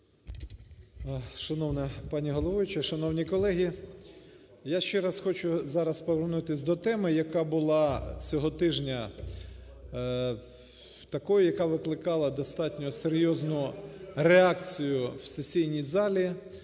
Шановна пані головуюча, шановні колеги! Я ще раз хочу зараз повернутись до теми, яка була цього тижня такою, яка викликала достатньо серйозну реакцію в сесійній залі,